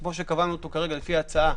כמו שקבענו אותו בהצעה,